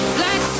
black